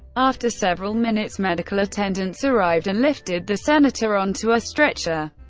after several minutes, medical attendants arrived and lifted the senator onto a stretcher,